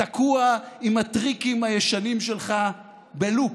תקוע עם הטריקים הישנים שלך בלופ.